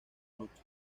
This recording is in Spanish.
noches